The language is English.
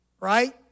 right